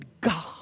God